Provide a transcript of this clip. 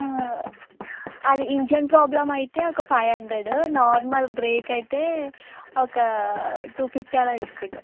అది engine problem అయితే ఒక ఫైవ్ హండ్రడు నార్మల్ బ్రేక్ అయితే ఒక టూ ఫిఫ్టీ అలా తీసుకుంటాము